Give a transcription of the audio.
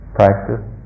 practice